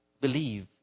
believe